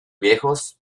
viejos